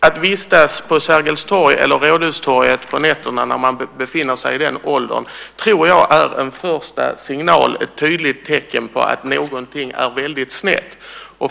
Att vistas på Sergels torg eller Rådhustorget på nätterna i den åldern är en första signal, ett tydligt tecken, på att något är snett.